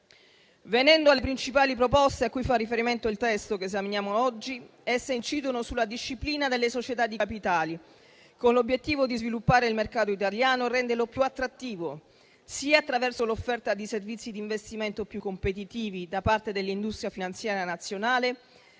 Venendo alle principali proposte a cui fa riferimento il testo che esaminiamo oggi, esse incidono sulla disciplina delle società di capitali, con l'obiettivo di sviluppare il mercato italiano e renderlo più attrattivo, sia attraverso l'offerta di servizi di investimento più competitivi da parte dell'industria finanziaria nazionale,